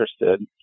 interested